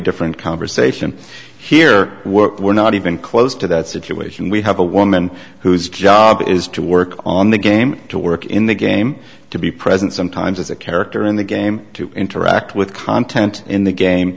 different conversation here we're not even close to that situation we have a woman whose job is to work on the game to work in the game to be present sometimes as a character in the game to interact with content in the